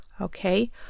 okay